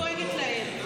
חבל שהממשלה לא דואגת להם.